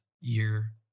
year